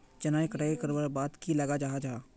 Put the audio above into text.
चनार कटाई करवार बाद की लगा जाहा जाहा?